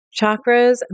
Chakras